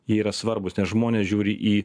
jie yra svarbūs nes žmonės žiūri į